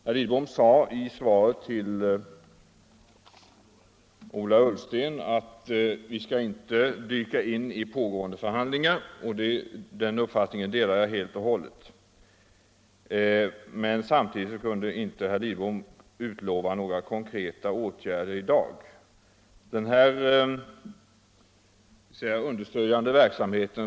Herr Lidbom sade i svaret till Ola Ullsten att vi inte skall dyka in i pågående förhandlingar. Den uppfattningen delar jag helt och hållet. Men samtidigt kunde inte herr Lidbom utlova några konkreta åtgärder i dag.